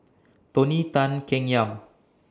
Tony Tan Keng Yam